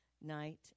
night